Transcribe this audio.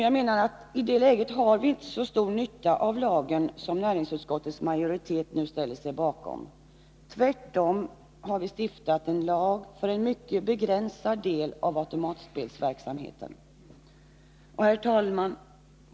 Jag menar att i det läget har vi inte så stor nytta av lagen, som näringsutskottets majoritet nu ställer sig bakom. Tvärtom har vi stiftat en lag för en mycket begränsad del av automatspelsverksamheten. Herr talman!